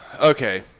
Okay